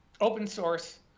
open-source